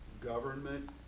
government